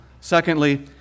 Secondly